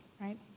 right